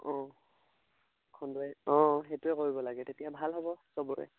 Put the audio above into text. অঁ খন্দোৱাই অঁ সেইটোৱে কৰিব লাগে তেতিয়া ভাল হ'ব চবৰে